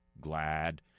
Glad